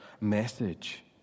message